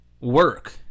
work